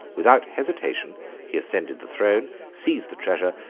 without hesitation he ascended the throne, seized the treasure,